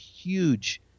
huge